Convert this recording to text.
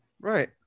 Right